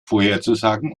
vorherzusagen